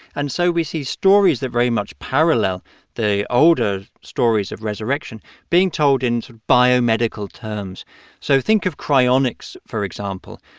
and so we see stories that very much parallel the older stories of resurrection being told in biomedical terms so think of cryonics, for example.